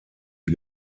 die